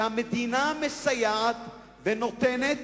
שהמדינה מסייעת ונותנת,